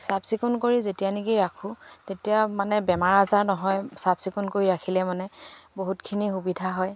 চাফ চিকুণ কৰি যেতিয়া নেকি ৰাখোঁ তেতিয়া মানে বেমাৰ আজাৰ নহয় চাফ চিকুণ কৰি ৰাখিলে মানে বহুতখিনি সুবিধা হয়